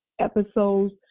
episodes